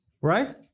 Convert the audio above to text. Right